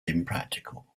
impractical